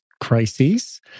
crises